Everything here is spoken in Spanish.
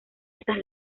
esas